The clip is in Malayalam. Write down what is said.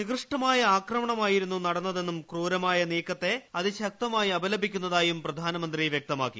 നികൃഷ്ടമായ ആക്രമണമായിരുന്നു നടന്നതെന്നും ക്രൂരമായ നീക്കത്തെ ശക്തമായി അപലപിക്കുന്നതായും പ്രധാനമന്ത്രി വ്യക്തമാക്കി